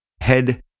head